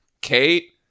Kate